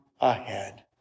ahead